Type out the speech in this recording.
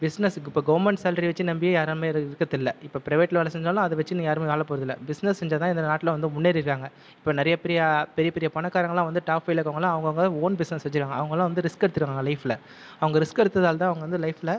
business இப்போ government salary வச்சு நம்பி யாருமே இருக்கிறது இல்லை இப்போ பிரைவேட்டில் வேலை செஞ்சாலும் அதாவச்சினு யாருமே வாழ போகிறது இல்லை பிசினஸ் செஞ்சால்தான் இந்த நாட்டில் வந்து முன்னேறி இருக்காங்க இப்போ நிறைய பெரிய பெரிய பணக்காரங்களா வந்து டாப் பைவ்வில் இருக்கிறவங்களா அவங்க அவங்க ஓன் பிசினஸ் வச்சுருக்காங்க அவங்களாம் வந்து ரிஸ்க் எடுத்துருக்காங்க லைஃப்பில் அவங்க ரிஸ்க் எடுத்ததுனால் தான் அவங்க வந்து லைஃப்பில்